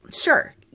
sure